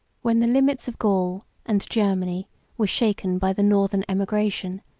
when the limits of gaul and germany were shaken by the northern emigration,